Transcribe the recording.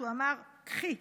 שהוא אמר: קחי.